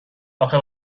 آخه